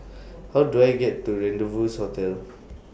How Do I get to Rendezvous Hotel